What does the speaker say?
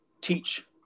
teach